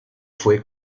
fue